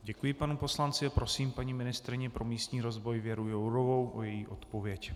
Děkuji panu poslanci a prosím paní ministryni pro místní rozvoj Věru Jourovou o její odpověď.